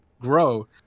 grow